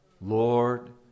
Lord